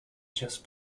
just